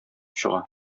чыга